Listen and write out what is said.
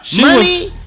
Money